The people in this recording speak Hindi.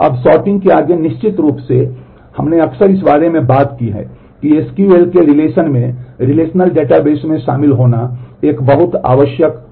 अब सॉर्टिंग में रिलेशनल डेटाबेस में शामिल होना एक बहुत आवश्यक ऑपरेशन है